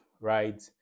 right